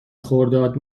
خرداد